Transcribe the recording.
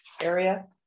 area